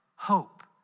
Hope